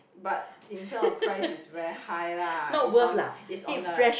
but in term of price it's very high lah it's on it's on like